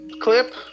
clip